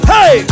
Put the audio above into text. Hey